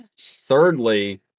Thirdly